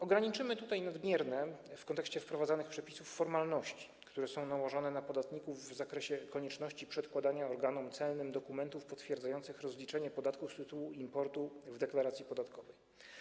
Ograniczymy nadmierne w kontekście wprowadzanych przepisów formalności, które są nałożone na podatników w zakresie konieczności przedkładania organom celnym dokumentów potwierdzających rozliczenie podatków z tytułu importu w deklaracji podatkowej.